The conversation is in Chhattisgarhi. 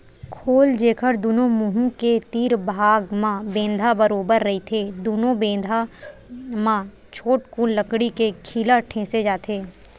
खोल, जेखर दूनो मुहूँ के तीर भाग म बेंधा बरोबर रहिथे दूनो बेधा म छोटकुन लकड़ी के खीला ठेंसे जाथे